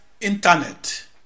internet